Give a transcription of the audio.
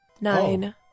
Nine